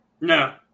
No